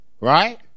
Right